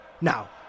Now